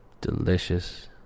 delicious